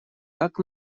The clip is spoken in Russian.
как